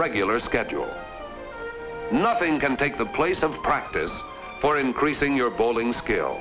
regular schedule nothing can take the place of practice for increasing your bowling s